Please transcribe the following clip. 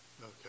Okay